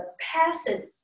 passive